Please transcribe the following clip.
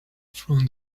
from